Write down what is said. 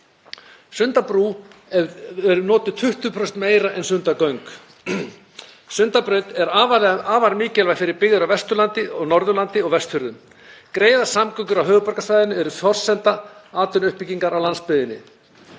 Sundabrú verður notuð 20% meira en Sundagöng. Sundabraut er afar mikilvæg fyrir byggðir á Vesturlandi, Norðurlandi og á Vestfjörðum. Greiðar samgöngur á höfuðborgarsvæðinu eru forsenda atvinnuuppbyggingar á landsbyggðinni.